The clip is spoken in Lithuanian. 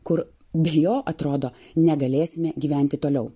kur be jo atrodo negalėsime gyventi toliau